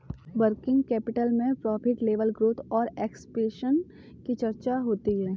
working capital में profit level growth और expansion की चर्चा होती है